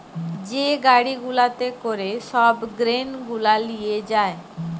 যে গাড়ি গুলাতে করে সব গ্রেন গুলা লিয়ে যায়